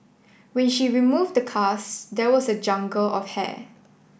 when she removed the cast there was a jungle of hair